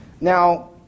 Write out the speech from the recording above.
Now